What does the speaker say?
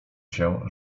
się